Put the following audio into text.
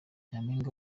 nyampinga